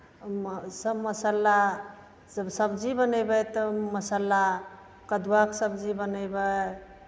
म् सभ मसाला सभ सब्जी बनेबै तऽ ओहिमे मसाला कदुआके सब्जी बनेबै